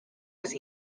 was